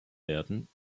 werden